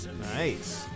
Nice